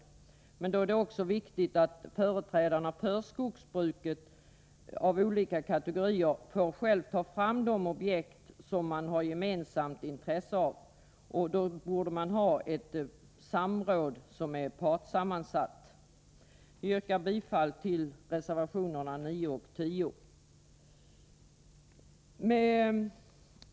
Det är då viktigt att företrädare för skogsbruk av alla kategorier själva får ta fram sådana objekt som de har ett gemensamt intresse av. För att åstadkomma detta bör ett partssammansatt samråd inrättas. Med detta yrkar jag bifall till reservationerna 9 och 10.